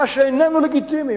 מה שאיננו לגיטימי,